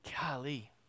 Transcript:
Golly